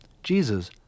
Jesus